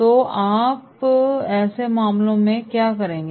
तो आप ऐसे मामलों में क्या करेंगे